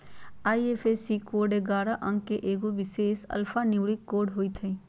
IFSC code ऐगारह अंक के एगो विशेष अल्फान्यूमैरिक कोड होइत हइ